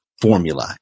formula